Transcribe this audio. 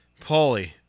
Paulie